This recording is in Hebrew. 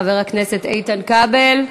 חבר הכנסת איתן כבל,